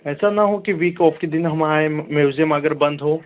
ऐसा ना हो कि वीक ऑफ के दिन हम आएं म्यूज़ियम अगर बंद हो